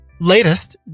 latest